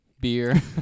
beer